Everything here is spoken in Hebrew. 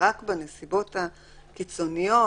ורק בנסיבות הקיצוניות,